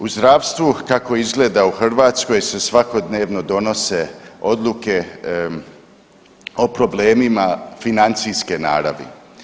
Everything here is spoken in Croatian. U zdravstvu kako izgleda u Hrvatskoj se svakodnevno donose odluke o problemima financijske naravi.